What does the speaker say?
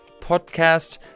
podcast